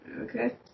Okay